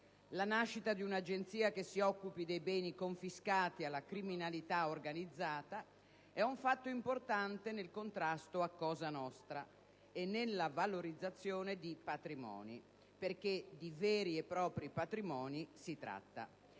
La nascita di una Agenzia che si occupi dei beni confiscati alla criminalità organizzata è un fatto importante nel contrasto a Cosa Nostra e nella valorizzazione di patrimoni - perché di veri e propri patrimoni si tratta